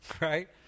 right